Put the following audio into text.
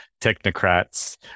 technocrats